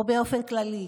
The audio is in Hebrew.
או באופן כללי.